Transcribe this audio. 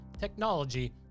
technology